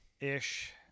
Ish